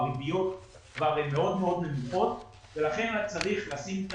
הריביות מאוד מאוד נמוכות ולכן היה צריך לשים את